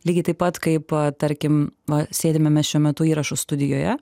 lygiai taip pat kaip tarkim va sėdime mes šiuo metu įrašų studijoje